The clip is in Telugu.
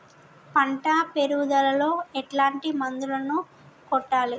పంట పెరుగుదలలో ఎట్లాంటి మందులను కొట్టాలి?